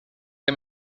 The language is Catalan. que